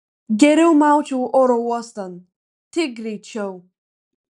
geriau maučiau oro uostan tik greičiau